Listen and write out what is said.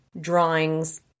drawings